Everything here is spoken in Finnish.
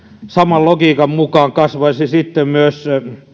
saman logiikan mukaan kasvaisi myös